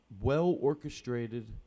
well-orchestrated